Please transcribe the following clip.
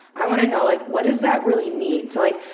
i want to know, like, what does that really mean? so, like,